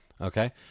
Okay